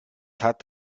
hat